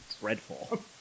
dreadful